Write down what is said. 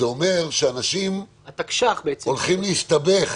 זה אומר שאנשים הולכים להסתבך.